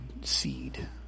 seed